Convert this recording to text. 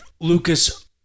Lucas